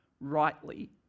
rightly